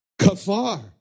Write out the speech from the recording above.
kafar